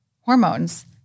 hormones